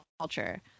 culture